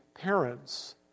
parents